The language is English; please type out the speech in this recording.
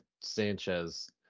Sanchez